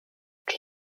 czy